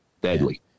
deadly